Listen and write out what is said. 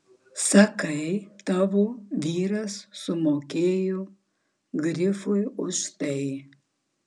sakai tavo vyras sumokėjo grifui už tai